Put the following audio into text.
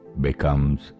becomes